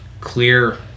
clear